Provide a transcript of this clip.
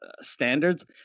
standards